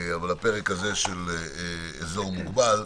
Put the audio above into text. אבל נדון היום בפרק הזה של אזור מוגבל.